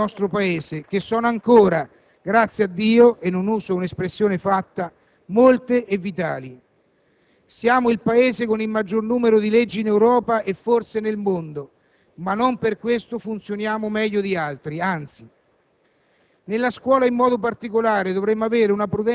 delle energie culturali ed educative del nostro Paese, che sono ancora, grazie a Dio (non uso un'espressione fatta), molte e vitali. Siamo il Paese con il maggior numero di leggi in Europa e forse nel mondo, ma non per questo funzioniamo meglio di altri; anzi.